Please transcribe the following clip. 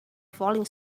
falling